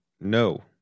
no